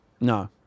No